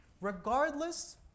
regardless